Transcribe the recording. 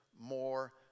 more